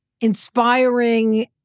inspiring